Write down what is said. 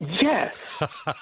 Yes